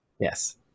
Yes